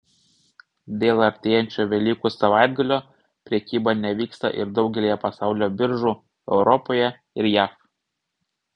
dėl artėjančio velykų savaitgalio prekyba nevyksta ir daugelyje pasaulio biržų europoje ir jav